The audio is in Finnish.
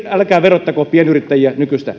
älkää verottako pienyrittäjiä nykyistä